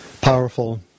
powerful